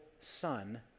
son